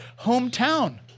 hometown